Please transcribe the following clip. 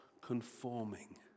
conforming